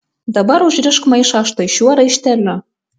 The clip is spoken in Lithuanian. dabar užrišk maišą štai šiuo raišteliu